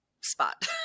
spot